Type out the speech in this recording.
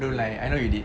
don't lie I know you did